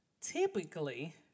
typically